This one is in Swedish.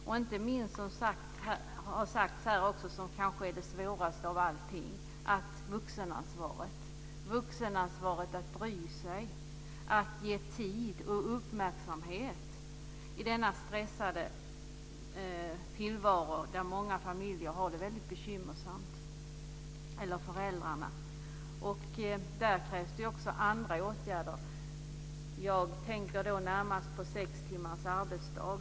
Det svåraste av allting, som har sagts här, är kanske att ta ansvar som vuxen, bry sig om och ge tid och uppmärksamhet i denna stressade tillvaro där många föräldrar har det väldigt bekymmersamt. Där krävs det också andra åtgärder. Jag tänker närmast på sex timmars arbetsdag.